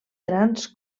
grans